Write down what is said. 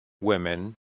women